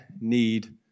need